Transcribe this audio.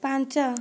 ପାଞ୍ଚ